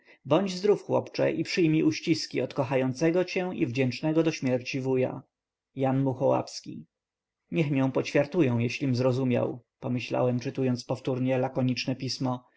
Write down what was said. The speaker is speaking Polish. bądź zdrów chłopcze i przyjmij uściski od kochającego cię i wdzięcznego do śmierci wuja niech mię poćwiartują jeżelim zrozumiał pomyślałem czytając powtórnie lakoniczne pismo